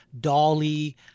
Dolly